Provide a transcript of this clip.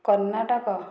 Karnataka